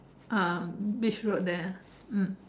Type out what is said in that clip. ah beach road there ah mm